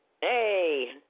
Hey